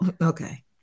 Okay